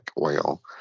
oil